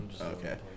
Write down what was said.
Okay